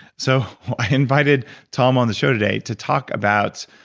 so i invited tom on the show today to talk about,